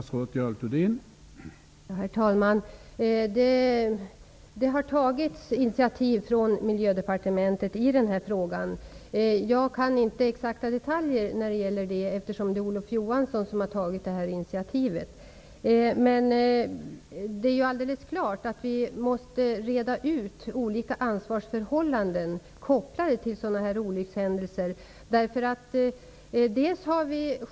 Herr talman! Miljödepartementet har tagit initiativ i den här frågan. Jag kan inte exakta detaljer, eftersom det är Olof Johansson som har initiativet. Det är alldeles klart att vi måste reda ut olika ansvarsförhållanden kopplade till sådana olyckshändelser.